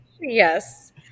yes